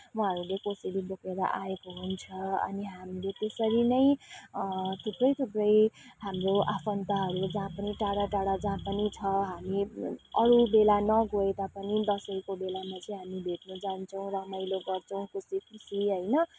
उहाँहरूले कोसेली बोकेर आएको हुन्छ अनि हाम्रो त्यसरी नै थुप्रै थुप्रै हाम्रो आफन्तहरू जहाँ पनि टाढा टाढा जहाँ पनि छ हामी अरूबेला नगए तापनि दसैँको बेलामा चाहिँ हामी भेट्न जान्छौँ रमाइलो गर्छौँ खुसी खुसी होइन